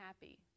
happy